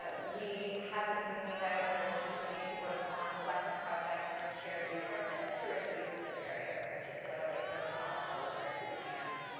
ah we have been thinking about and will continue to work on collective projects and shared resources to reduce the barrier, particularly for the smaller publishers who can't,